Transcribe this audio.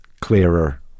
clearer